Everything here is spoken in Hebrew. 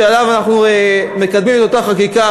שעליו אנחנו מקדמים את אותה חקיקה,